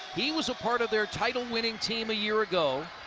he was a part of their title winning team a year ago,